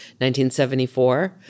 1974